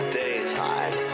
daytime